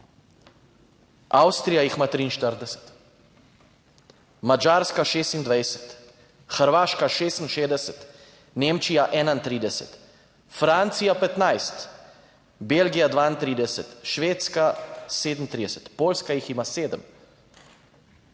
Avstrija jih ima 43, Madžarska 26, Hrvaška 66, Nemčija 31, Francija 15, Belgija 32, Švedska 37, Poljska jih ima 7.